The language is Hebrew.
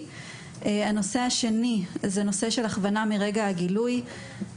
הנושא השני הוא נושא של הכוונה מרגע הגילוי.